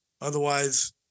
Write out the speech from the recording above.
Otherwise